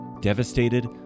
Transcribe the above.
devastated